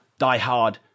diehard